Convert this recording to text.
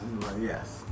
Yes